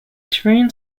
during